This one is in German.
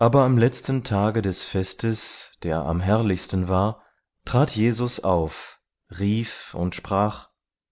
aber am letzten tage des festes der am herrlichsten war trat jesus auf rief und sprach